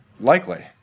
likely